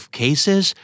cases